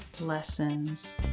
lessons